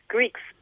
Greeks